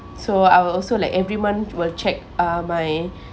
so I will also like every month will check uh my